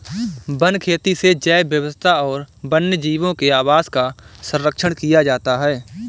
one खेती से जैव विविधता और वन्यजीवों के आवास का सरंक्षण किया जाता है